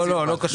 לא קשור.